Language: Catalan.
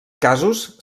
casos